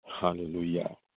Hallelujah